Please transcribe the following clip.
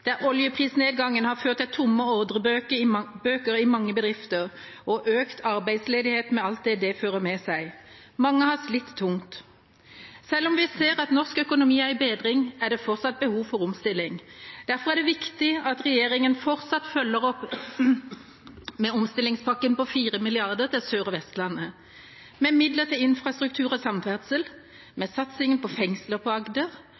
der oljeprisnedgangen har ført til tomme ordrebøker i mange bedrifter og økt arbeidsledighet, med alt det det fører med seg. Mange har slitt tungt. Selv om vi ser at norsk økonomi er i bedring, er det fortsatt behov for omstilling. Derfor er det viktig at regjeringa fortsatt følger opp med omstillingspakken på 4 mrd. kr til Sør- og Vestlandet, med midler til infrastruktur og samferdsel, med satsingen på fengsler på Agder,